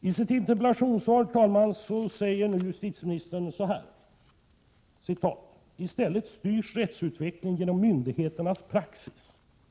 I sitt interpellationssvar säger justitieministern så här: ”TI stället styrs rättsutvecklingen genom myndigheternas praxis, inte minst genom vägledan — Prot.